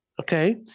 Okay